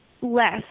less